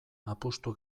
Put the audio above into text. apustu